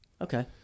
Okay